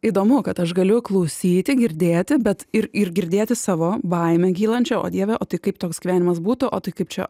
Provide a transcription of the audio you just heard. įdomu kad aš galiu klausyti girdėti bet ir ir girdėti savo baimę kylančią o dieve o tai kaip toks gyvenimas būtų o tai kaip čia